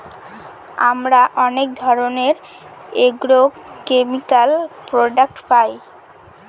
আমরা অনেক ধরনের এগ্রোকেমিকাল প্রডাক্ট পায়